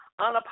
unapologetic